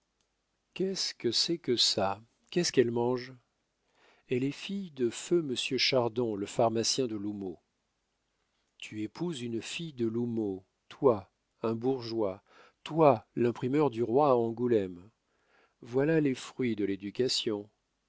qu'est-ce que c'est que ça qu'est-ce qu'elle mange elle est fille de feu monsieur chardon le pharmacien de l'houmeau tu épouses une fille de l'houmeau toi un bourgeois toi l'imprimeur du roi à angoulême voilà les fruits de l'éducation